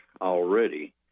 already